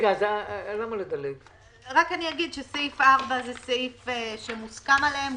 אני אומר שסעיף 4 הוא סעיף שמוסכם עליהם.